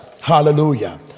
Hallelujah